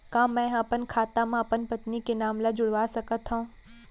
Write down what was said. का मैं ह अपन खाता म अपन पत्नी के नाम ला जुड़वा सकथव?